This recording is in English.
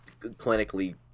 clinically